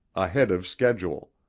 ahead of schedule.